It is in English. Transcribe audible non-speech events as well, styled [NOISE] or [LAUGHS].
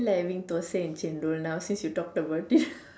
I feel like having dosai and chendol now since you talked about it [LAUGHS]